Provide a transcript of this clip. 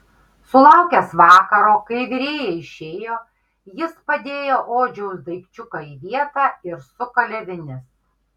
sulaukęs vakaro kai virėja išėjo jis padėjo odžiaus daikčiuką į vietą ir sukalė vinis